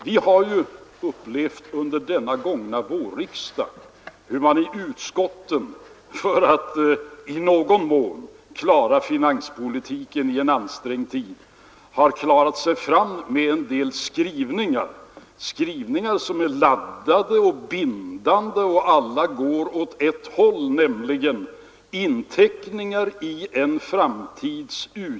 Vi har under den gångna vårriksdagen upplevt hur man i utskottet, för att i någon mån kunna föra en finanspolitik i en ansträngd tid, har klarat sig fram med skrivningar; dessa skrivningar är laddade och bindande och alla går åt ett håll — de är inteckningar i framtiden.